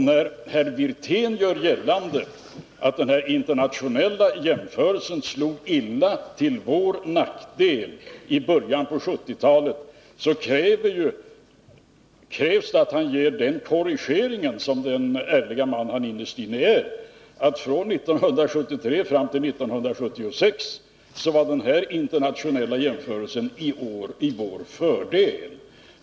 När herr Wirtén gör gällande att den internationella jämförelsen slog illa till vår nackdel i början på 1970-talet krävs det att han som den ärlige man han innerst inne är gör den korrigeringen att från 1973 fram till 1976 var den internationella jämförelsen till vår fördel.